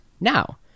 now